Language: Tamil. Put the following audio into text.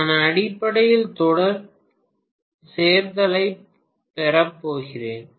நான் அடிப்படையில் தொடர் சேர்த்தலைப் பெறப்போகிறேன்